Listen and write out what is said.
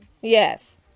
Yes